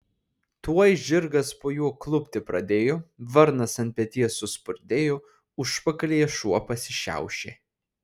tuoj žirgas po juo klupti pradėjo varnas ant peties suspurdėjo užpakalyje šuo pasišiaušė